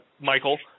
Michael